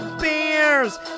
beers